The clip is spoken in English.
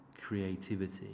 creativity